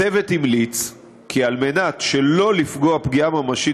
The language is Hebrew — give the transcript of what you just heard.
הצוות המליץ כי כדי שלא לפגוע פגיעה ממשית